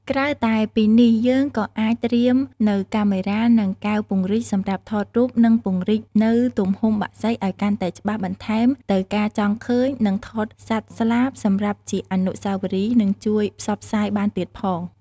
ក្រៅតែពីនេះយើងក៏អាចត្រៀមនៅកាមេរ៉ា និងកែវពង្រីកសម្រាប់ថតរូបនិងពង្រីកនៅទំហំបក្សីឲ្យកាន់តែច្បាស់បន្ថែមទៅការចង់ឃើញនិងថតសត្វស្លាប់សម្រាប់ជាអនុស្សាវរីយ៍និងជួយផ្សព្វផ្សាយបានទៀតផង។